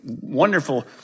wonderful